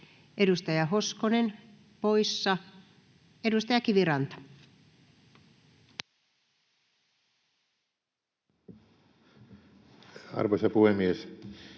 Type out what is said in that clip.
edustaja Hoskonen poissa. — Edustaja Kiviranta. Arvoisa puhemies!